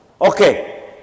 Okay